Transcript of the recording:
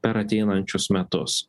per ateinančius metus